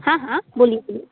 हाँ हाँ बोल लीजिए